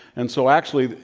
and so, actually,